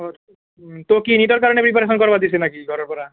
ত' কি নীটৰ কাৰণে প্ৰিপাৰেশ্য়ন কৰিব দিছে নেকি ঘৰৰ পৰা